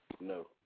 No